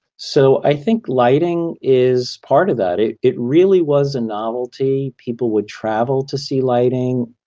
so i think lighting is part of that. it it really was a novelty, people would travel to see lighting.